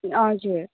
हजुर